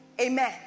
Amen